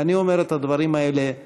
ואני אומר את הדברים האלה בידיעה,